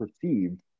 perceived